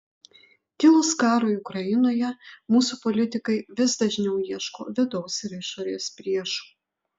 kilus karui ukrainoje mūsų politikai vis dažniau ieško vidaus ir išorės priešų